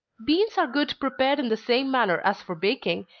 beans are good prepared in the same manner as for baking,